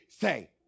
say